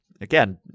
Again